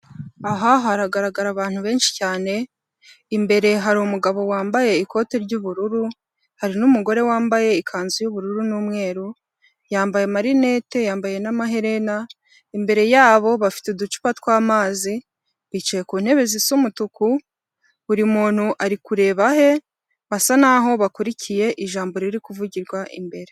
Aha haragaragara abantu benshi cyane imbere hari umugabo wambaye ikote ry'uburu, hari n'umugore wambaye ikanzu y'ubururu n'umweru yambaye amarinete, yambaye n'amaherena. Imbere yabo bafite uducupa tw'amazi bicaye ku ntebe zisa umutuku, buri muntu ari kureba ahe basa naho bakurikiye ijambo riri kuvugirwa imbere.